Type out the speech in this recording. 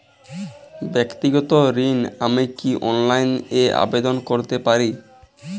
ব্যাক্তিগত ঋণ আমি কি অনলাইন এ আবেদন করতে পারি?